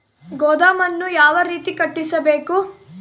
ಗೋದಾಮನ್ನು ಯಾವ ರೇತಿ ಕಟ್ಟಿಸಬೇಕು?